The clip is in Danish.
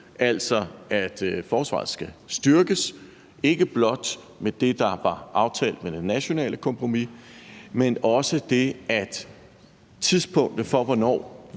altså at forsvaret skal styrkes, ikke blot med det, der var aftalt i det nationale kompromis, men også med det, at tidspunktet for, hvornår